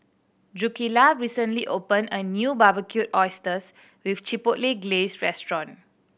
Drucilla recently opened a new Barbecued Oysters with Chipotle Glaze Restaurant